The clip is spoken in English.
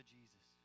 Jesus